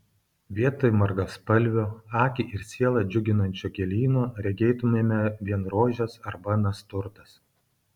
vietoj margaspalvio akį ir sielą džiuginančio gėlyno regėtumėme vien rožes arba nasturtas